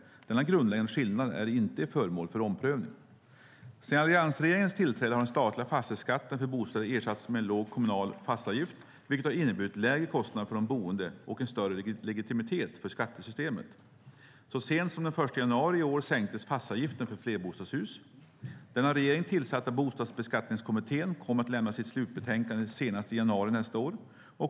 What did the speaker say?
Denna grundläggande skillnad är inte föremål för omprövning. Sedan alliansregeringens tillträde har den statliga fastighetsskatten för bostäder ersatts med en låg kommunal fastighetsavgift, vilket har inneburit lägre kostnader för de boende och en större legitimitet för skattesystemet. Så sent som den 1 januari i år sänktes fastighetsavgiften för flerbostadshus. Den av regeringen tillsatta Bostadsbeskattningskommittén kommer att lämna sitt slutbetänkande senast i januari nästa år.